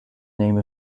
name